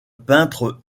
peintre